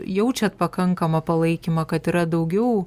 jaučiat pakankamą palaikymą kad yra daugiau